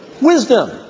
wisdom